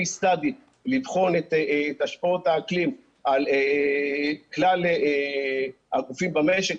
בוחן לבחון את השפעות האקלים על כלל הגופים במשק.